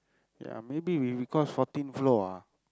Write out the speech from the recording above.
ya maybe we because fourteen floor ah